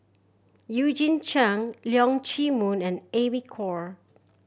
Eugene Chen Leong Chee Mun and Amy Khor